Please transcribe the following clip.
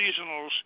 seasonals